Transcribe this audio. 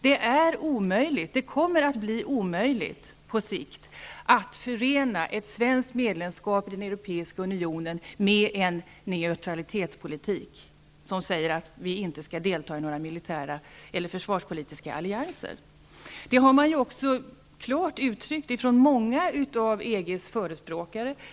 Det är omöjligt, och det kommer att bli omöjligt på sikt, att förena ett svenskt medlemskap i den europeiska unionen med en neutralitetspolitik som säger att vi inte skall delta i några militära eller försvarspolitiska allianser. Detta har många av EG:s förespråkare också klart uttryckt.